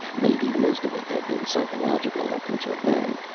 maybe most of it had been psychological up until then.